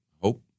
hope